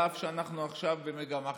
על אף שאנחנו עכשיו במגמה חיובית.